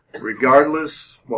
regardless